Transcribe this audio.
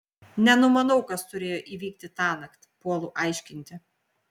nenumanau kas turėjo įvykti tąnakt puolu aiškinti